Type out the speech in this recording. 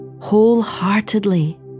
wholeheartedly